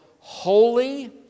holy